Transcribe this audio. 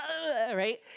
right